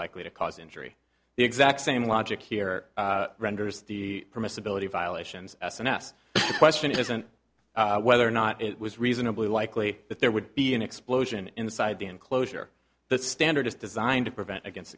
likely to cause injury the exact same logic here renders the permissibility violations s and s question isn't whether or not it was reasonably likely that there would be an explosion inside the enclosure the standard is designed to prevent against